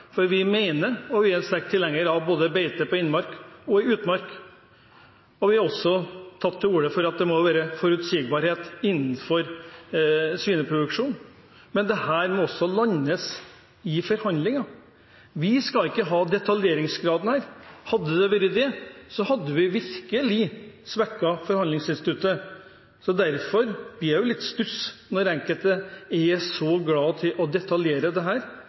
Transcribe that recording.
for vi mener og er sterk tilhenger av beite på både innmark og utmark. Vi har også tatt til orde for at det må være forutsigbarhet innenfor svineproduksjon. Men dette må også landes i forhandlingene. Vi skal ikke ha detaljeringsgraden her. Hadde vi hatt det, hadde vi virkelig svekket forhandlingsinstituttet. Derfor blir jeg litt i stuss når enkelte er så glad i å detaljere dette i denne sal. For øvrig var det